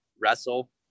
wrestle